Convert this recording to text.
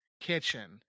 kitchen